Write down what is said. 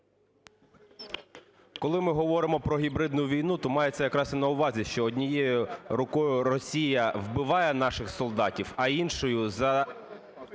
Коли ми говоримо про гібридну війну, то мається якраз на увазі, що однією рукою Росія вбиває наших солдатів, а іншою